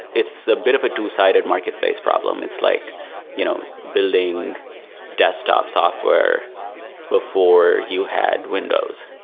it's a bit of a two-sided market-based problem. it's like you know building desktop software before you had windows.